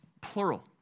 plural